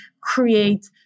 create